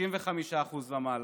35% ומעלה.